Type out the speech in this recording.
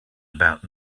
about